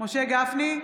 משה גפני,